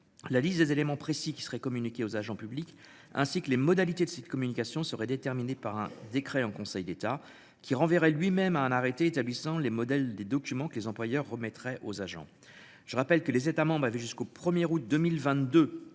La liste des éléments précis qui seraient communiqués aux agents publics ainsi que les modalités de cette communication serait déterminée par un décret en Conseil d'État qui renverrait lui-même à un arrêté établissant les modèles des documents que les employeurs remettrait aux agents. Je rappelle que les États membres avaient jusqu'au premier août 2022